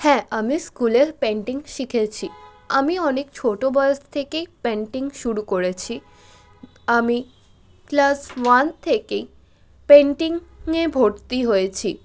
হ্যাঁ আমি স্কুলে পেন্টিং শিখেছি আমি অনেক ছোটো বয়স থেকেই পেন্টিং শুরু করেছি আমি ক্লাস ওয়ান থেকেই পেন্টিং নিয়ে ভর্তি হয়েছি